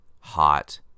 hot